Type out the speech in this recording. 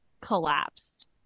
collapsed